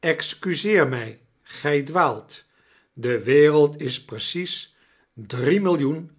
excuseer mij gij dwaalt de wereld is precies drie millioen